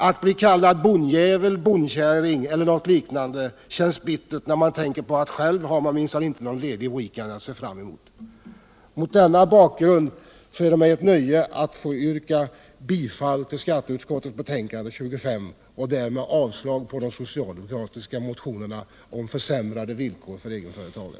Att bli kallad bonnjävel, bondkäring celler något liknande känns bittert, när man tänker på att man själv minsann inte har någon ledig weekend att se fram emot.